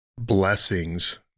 blessings